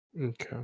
okay